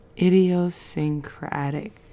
Idiosyncratic